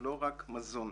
ולא רק מזון.